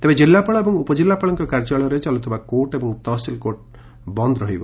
ତେବେ ଜିଲ୍ଲାପାଳ ଏବଂ ଉପଜିଲ୍ଲାପାଳଙ୍କ କାର୍ଯ୍ୟାଳୟରେ ଚାଲୁଥିବା କୋର୍ଟ ଏବଂ ତହସିଲ୍ କୋର୍ଟ ବନ୍ଦ୍ ରହିବ